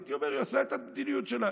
הייתי אומר: היא עושה את המדיניות שלה.